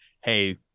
hey